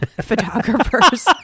photographers